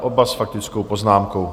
Oba s faktickou poznámkou.